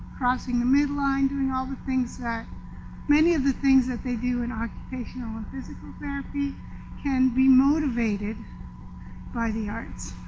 crossing the midline, doing all the things that many of the things that they do in occupational and physical therapy can be motivated by the arts.